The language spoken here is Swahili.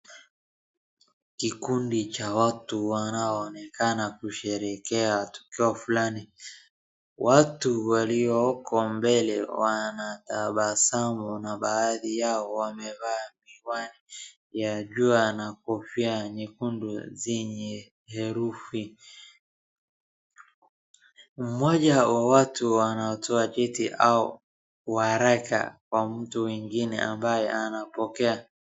Kikundi cha watu wanaoonekana kusherehekea rukio fulani watu walioko mbele wanatabasamu na baadhi yao wamevaa miwani ya jua na kofia nyekundu zenye herufi. Mmoja wa watu wanaotoa cheti au waraka wa mtu mwingine ambaye anapokea.